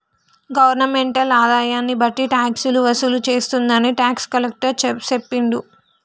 governmental ఆదాయన్ని బట్టి టాక్సులు వసూలు చేస్తుందని టాక్స్ కలెక్టర్ సెప్పిండు